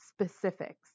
specifics